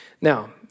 Now